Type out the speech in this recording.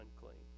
unclean